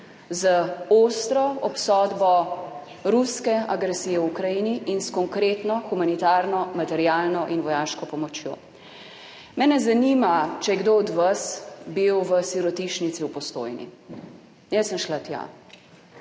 z ostro obsodbo ruske agresije v Ukrajini in s konkretno humanitarno, materialno in vojaško pomočjo. Mene zanima, ali je kdo od vas bil v sirotišnici v Postojni. Jaz sem šla tja.